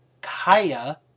Kaya